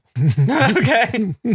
Okay